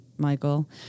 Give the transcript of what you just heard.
Michael